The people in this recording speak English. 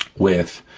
with